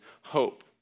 hope